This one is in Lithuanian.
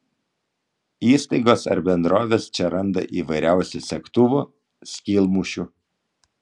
įstaigos ar bendrovės čia randa įvairiausių segtuvų skylmušių